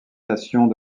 nations